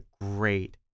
great